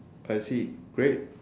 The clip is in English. I see great